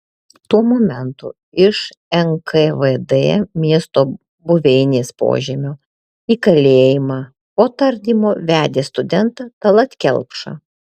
tuo momentu iš nkvd miesto buveinės požemio į kalėjimą po tardymo vedė studentą tallat kelpšą